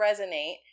resonate